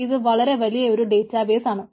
ഇത് വളരെ വലിയ ഒരു ഡേറ്റാബേസ് ആണ്